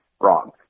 wrong